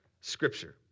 Scripture